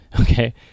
Okay